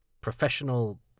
professional